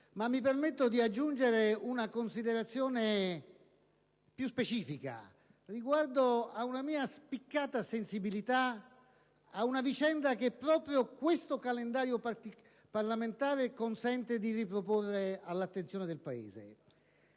Mi permetto però di aggiungere una considerazione più specifica riguardo una mia spiccata sensibilità verso una vicenda che proprio questo calendario parlamentare consente di riproporre all'attenzione del Paese.